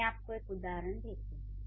मैं आपको एक उदाहरण देती हूँ